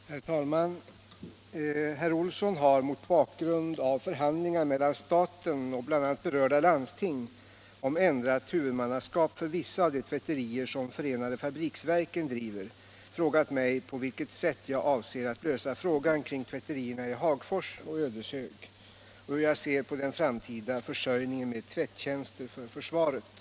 Herr talman! Herr Olsson i Edane har — mot bakgrund av förhandlingar mellan staten och bl.a. berörda landsting om ändrat huvudmannaskap för vissa av de tvätterier som förenade fabriksverken driver — frågat mig på vilket sätt jag avser att lösa frågan kring tvätterierna i Hagfors och Ödeshög och hur jag ser på den framtida försörjningen med tvättjänster för försvaret.